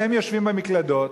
הם יושבים מאחורי מקלדות